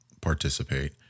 participate